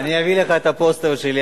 אני אביא לך את הפוסטר שלי,